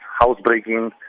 housebreaking